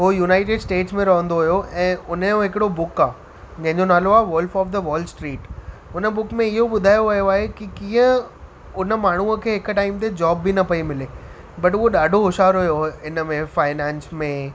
उहो United States में रहंदो हुओ ऐं उन जो हिकिड़ो बुक आहे जंहिंजो नालो आहे wolf of the wall street हुन बुक में इहो बु॒धायो वियो आहे की कीअं हुन माण्हूअ खे हिकु टाइम ते जॅाब बि न पई मिले बट उहो ॾाढो होशियार हुओ हिन में फाइनैंस में